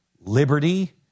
liberty